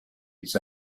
his